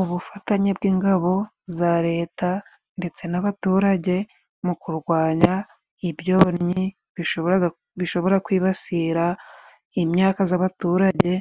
Ubufatanye bw'ingabo za Leta ndetse n'abaturage, mu kurwanya ibyonnyi bishobora kwibasira imyaka z'abaturage,